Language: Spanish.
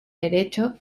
derecho